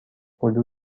هلو